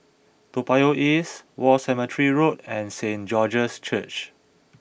Toa Payoh East War Cemetery Road and Saint George's Church